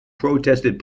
protested